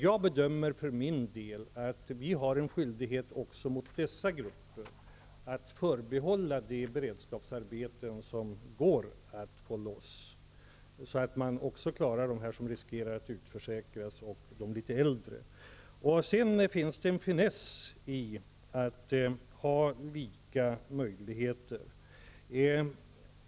Jag bedömer för min del att vi också har en skyldighet att förbehålla de beredskapsarbeten som går att få loss för dessa grupper. Härigenom kan man klara också dem som riskerar att utförsäkras och de litet äldre. Det finns också en finess i att ha lika möjligheter.